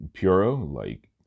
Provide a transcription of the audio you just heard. Puro-like